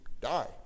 die